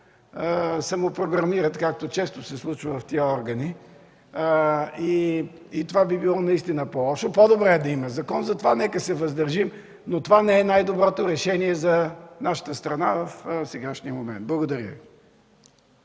самопрограмират, както често се случва в тези органи. Това би било наистина по-лошо. По-добре е да има закон и затова нека се въздържим, но това не е най-доброто решение за нашата страна в сегашния момент. Благодаря Ви.